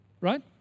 right